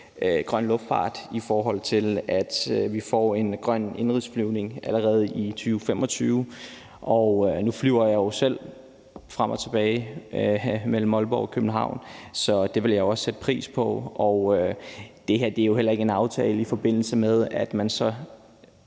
grøn luftfart og om, at vi får en grøn indenrigsflyvning allerede i 2025. Nu flyver jeg selv frem og tilbage mellem Aalborg og København, så det vil jeg også sætte pris på. Det her er jo heller ikke en aftale om, at man de